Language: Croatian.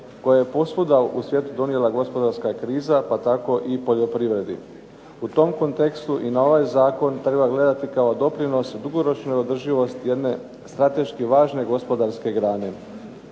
koje je posvuda u svijetu donijela gospodarska kriza pa tako i poljoprivredi. U tom kontekstu i na ovaj zakon treba gledati kao doprinos dugoročnoj održivosti jedne strateški važne gospodarske grane.